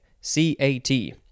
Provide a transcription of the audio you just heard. C-A-T